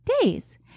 days